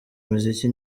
muziki